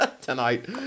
tonight